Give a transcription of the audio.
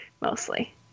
Mostly